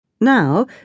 Now